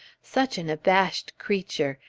such an abashed creature!